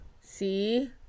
See